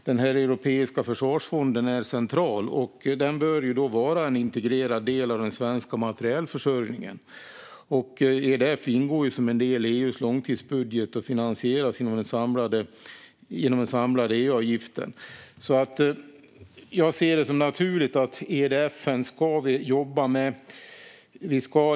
Den europeiska försvarsfonden, EDF, är naturligtvis central och bör vara en integrerad del av den svenska materielförsörjningen. EDF ingår som en del i EU:s långtidsbudget och finansieras genom den samlade EU-avgiften. Att vi ska jobba med EDF ser jag som naturligt.